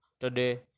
today